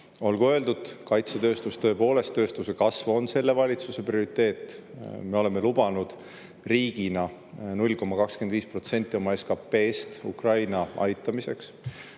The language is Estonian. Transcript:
Olgu öeldud, et kaitsetööstuse kasv on selle valitsuse prioriteet. Me oleme lubanud riigina 0,25% oma SKP-st Ukraina aitamiseks.